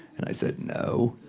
and i said, no.